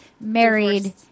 married